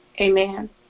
Amen